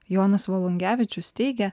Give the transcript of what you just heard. jonas volungevičius teigė